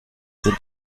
sind